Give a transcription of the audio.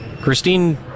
Christine